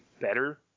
better